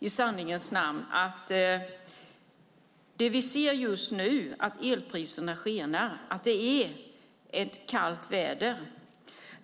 Situationen just nu att elpriserna skenar - i sanningens namn är det kallt väder -